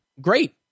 great